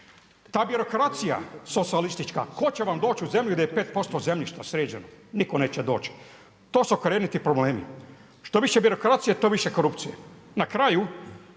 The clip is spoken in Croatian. Ta birokracija socijalistička, tko će vam doći u zemlju gdje je 5% zemljišta sređeno? Nitko neće doći. To su korjeniti problemi. Što više birokracije, to više korupcije. Na kraju,